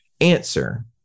answer